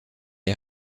est